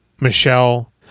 Michelle